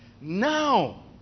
Now